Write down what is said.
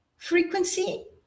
Frequency